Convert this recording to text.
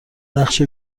نقش